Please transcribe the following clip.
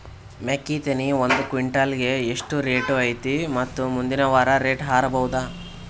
ಮೆಕ್ಕಿ ತೆನಿ ಒಂದು ಕ್ವಿಂಟಾಲ್ ಗೆ ಎಷ್ಟು ರೇಟು ಐತಿ ಮತ್ತು ಮುಂದಿನ ವಾರ ರೇಟ್ ಹಾರಬಹುದ?